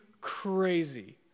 crazy